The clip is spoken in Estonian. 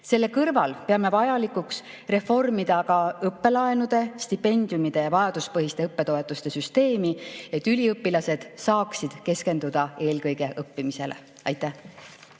Selle kõrval peame vajalikuks reformida ka õppelaenude, stipendiumide ja vajaduspõhiste õppetoetuste süsteemi, et üliõpilased saaksid keskenduda eelkõige õppimisele. Aitäh!